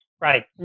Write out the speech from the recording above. Right